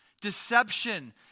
Deception